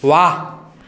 वाहु